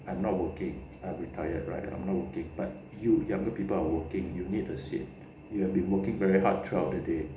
I'm not working I retired right I'm not working but you younger people are working you need the seat you been working very hard throughout the day